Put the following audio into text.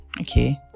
okay